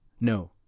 No